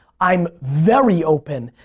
i'm very open,